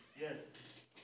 Yes